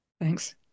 Thanks